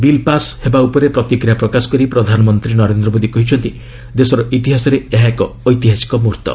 bill pass ଉପରେ ପ୍ରତିକ୍ରିୟା ପ୍ରକାଶ କରି ପ୍ରଧାନମନ୍ତ୍ରୀ ନରେନ୍ଦ୍ର ମୋଦି କହିଛନ୍ତି ଦେଶର ଇତିହାସରେ ଏହା ଏକ ଐତିହାସିକ ମୁହୂର୍ତ୍ତ